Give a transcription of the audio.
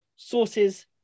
Sources